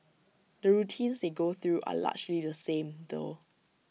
the routines they go through are largely the same though